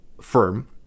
firm